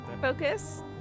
focus